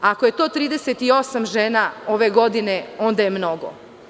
Ako je to 38 žena ove godine, onda je mnogo.